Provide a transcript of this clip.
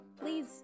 please